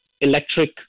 electric